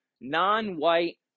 non-white